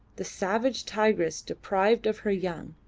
the savage tigress deprived of her young.